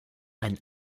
ein